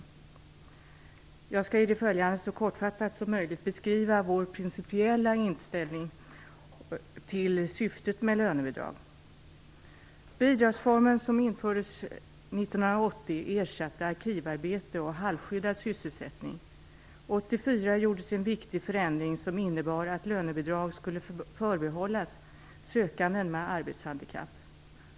Jag skall i det följande så kortfattat som möjligt beskriva vår principiella inställning till syftet med lönebidrag. Denna bidragsform som infördes 1980 ersatte arkivarbete och halvskyddad sysselsättning. 1984 genomfördes en viktig förändring som innebar att lönebidrag skulle förbehållas sökanden med arbetshandikapp.